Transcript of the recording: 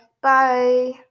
Bye